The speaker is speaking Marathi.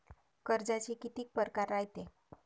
कर्जाचे कितीक परकार रायते?